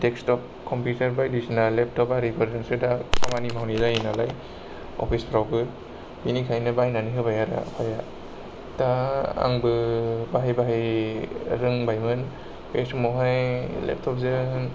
desktop computer बायदिसिना laptop आरिफोरजोंसो दा खामानि मावनाय जायो नालाय अफिसफोरावबो बेनिखायनो बायनानै होबाय आरो आफाया दा आंबो बाहाय बाहाय रोंबायमोन बै समावहाय लेपटपजों